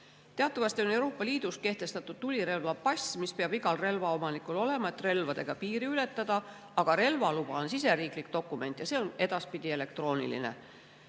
Teatavasti on Euroopa Liidus kehtestatud tulirelvapass, mis peab igal relvaomanikul olema, et relvaga piiri ületada, aga relvaluba on siseriiklik dokument ja see on edaspidi elektrooniline.